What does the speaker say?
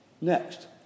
Next